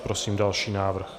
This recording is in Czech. Prosím další návrh.